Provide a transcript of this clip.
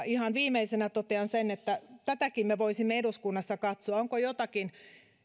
ihan viimeisenä totean sen että tätäkin me voisimme eduskunnassa katsoa onko jotakin